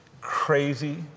crazy